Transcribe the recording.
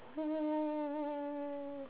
um